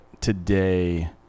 today